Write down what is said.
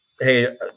Hey